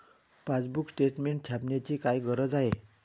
Passbook statement छापण्याची काय गरज आहे?